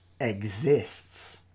exists